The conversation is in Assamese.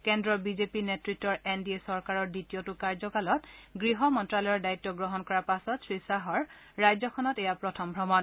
কেন্দ্ৰৰ বিজেপি নেতৃতৰ এনডিএ চৰকাৰৰ দ্বিতীয়টো কাৰ্যকালত গৃহ মন্ত্ৰালয়ৰ দায়িত্ব গ্ৰহণ কৰাৰ পাছত শ্ৰীশ্বাহৰ ৰাজ্যখনত প্ৰথম ভ্ৰমণ